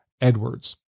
Edwards